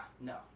no